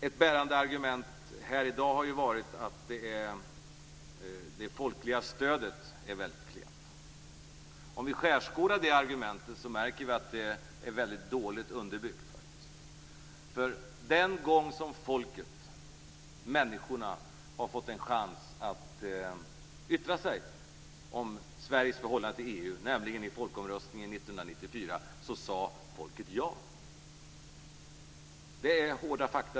Ett bärande argument här i dag har ju varit att det folkliga stödet är väldigt klent. Om vi skärskådar det argumentet märker vi att det faktiskt är väldigt dåligt underbyggt. Den gång som folket, människorna, har fått en chans att yttra sig om Sveriges förhållande till EU, nämligen i folkomröstningen 1994, sade folket ja. Det är hårda fakta.